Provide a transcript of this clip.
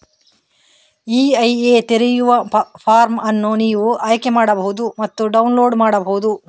EIA ತೆರೆಯುವ form ಅನ್ನು ನೀವು ಆಯ್ಕೆ ಮಾಡಬಹುದು ಮತ್ತು ಡೌನ್ಲೋಡ್ ಮಾಡಬಹುದು